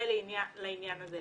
זה לעניין הזה.